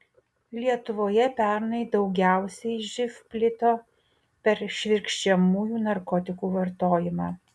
lietuvoje pernai daugiausiai živ plito per švirkščiamųjų narkotikų vartojimą